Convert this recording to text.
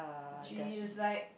she is like